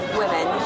women